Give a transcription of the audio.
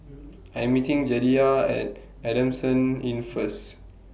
I Am meeting Jedediah At Adamson Inn First